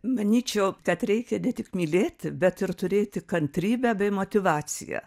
manyčiau kad reikia ne tik mylėti bet ir turėti kantrybę bei motyvaciją